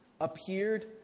appeared